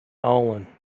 olin